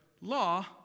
law